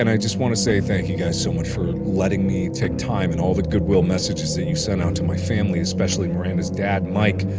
and i just wanted to say thank you guys so much for letting me take time, and all the good will messages that you sent out to my family, especially miranda's dad, mike.